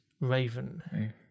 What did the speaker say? Raven